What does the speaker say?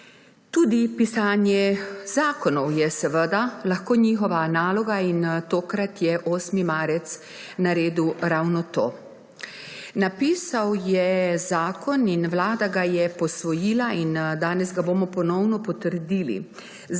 Tudi pisanje zakonov je lahko njihova naloga in tokrat je 8. marec naredil ravno to. Napisal je zakon in vlada ga je posvojila in danes ga bomo ponovno potrdili.